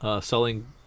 selling